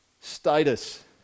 status